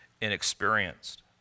inexperienced